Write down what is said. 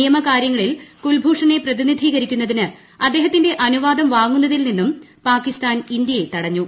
നിയമകാര്യങ്ങളിൽ കുൽഭൂഷനെ പ്രതിനിധീകരിക്കുന്നതിന് അദ്ദേഹത്തിന്റെ അനുവാദം വാങ്ങുന്നതിൽ നിന്നും പാകിസ്ഥാൻ ഇന്ത്യയെ തടഞ്ഞു